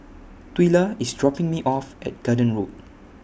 Twila IS dropping Me off At Garden Road